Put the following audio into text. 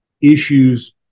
issues